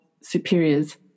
superiors